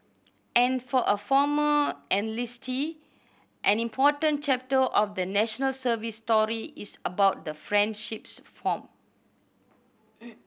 and for a former enlistee an important chapter of the National Service story is about the friendships formed